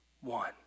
one